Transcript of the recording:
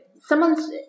someone's